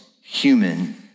human